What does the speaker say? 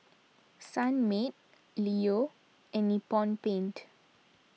Sunmaid Leo and Nippon Paint